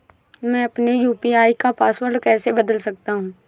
मैं अपने यू.पी.आई का पासवर्ड कैसे बदल सकता हूँ?